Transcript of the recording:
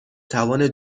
توان